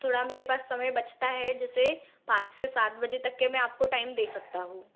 थोड़ा मेरे पास समय बचता है जैसे पाँच से सात बजे तक के मैं आपको टाइम दे सकता हूँ